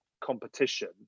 competition